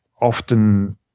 often